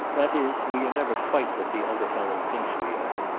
that is, we are never quite what the other fellow thinks we are.